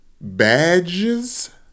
badges